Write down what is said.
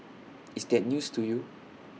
is that news to you